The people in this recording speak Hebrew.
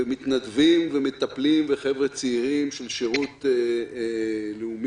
ומתנדבים ומטפלים וחבר'ה צעירים של שירות לאומי